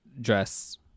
dress